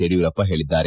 ಯಡಿಯೂರಪ್ಪ ಹೇಳಿದ್ದಾರೆ